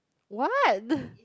what